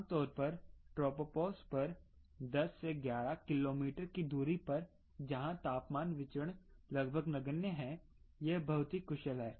आम तौर पर ट्रोपोपॉज़ पर 10 से 11 किलोमीटर की दूरी पर जहां तापमान विचरण लगभग नगण्य है यह बहुत ही कुशल है